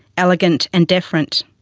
elegant and deferent.